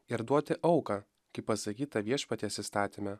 ir duoti auką kaip pasakyta viešpaties įstatyme